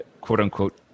quote-unquote